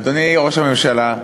אדוני ראש הממשלה,